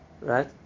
right